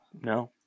No